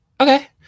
Okay